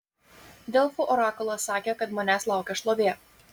delfų orakulas sakė kad manęs laukia šlovė